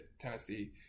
Tennessee